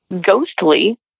ghostly